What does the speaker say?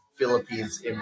philippines